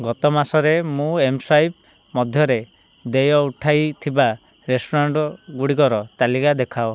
ଗତ ମାସରେ ମୁଁ ଏମ୍ସ୍ୱାଇପ୍ ମାଧ୍ୟମରେ ଦେୟ ଦେଇଥିବା ରେଷ୍ଟୁରାଣ୍ଟ୍ ଗୁଡ଼ିକର ତାଲିକା ଦେଖାଅ